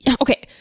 okay